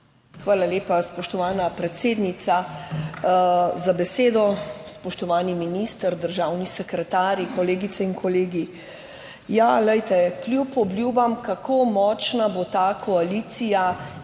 Hvala lepa, spoštovana predsednica za besedo spoštovani minister, državni sekretar, kolegice in kolegi. Ja, glejte, kljub obljubam kako močna bo ta koalicija